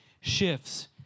shifts